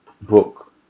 book